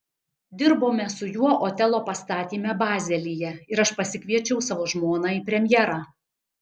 dirbome su juo otelo pastatyme bazelyje ir aš pasikviečiau savo žmoną į premjerą